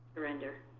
render.